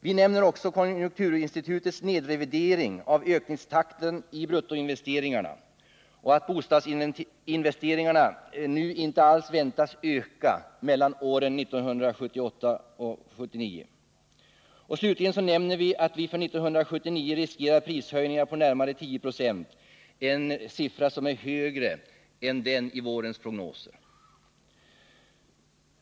Vi nämner också konjunkturinsitutets nedrevidering av ökningstakten i bruttoinvesteringarna och att bostadsinvesteringarna nu inte alls väntas öka mellan åren 1978 och 1979. Slutligen nämner vi att det för 1979 finns risk för prishöjningar på närmare 10 96, en högre siffra än i vårens prognoser.